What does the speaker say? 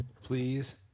Please